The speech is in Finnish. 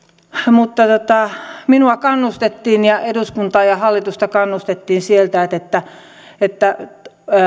mutta minua kannustettiin ja eduskuntaa ja hallitusta kannustettiin sieltä että että